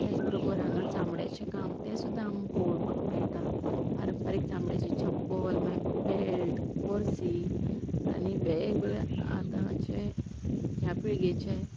त्याच बरोबर हांगा चांमड्याचें काम तें सुद्दां आमां पोळोवपाक मेळटा पारंपारीक चांमड्याचे चप्पल मागीर बेल्ट पर्सी आनी वेग वेगळ्या आतांचें ह्या पिळगेचें